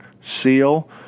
seal